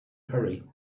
hurry